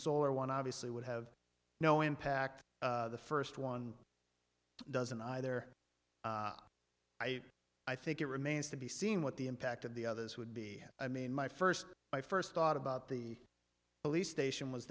solar one obviously would have no impact the first one doesn't either i i think it remains to be seen what the impact of the others would be i mean my first my first thought about the police station was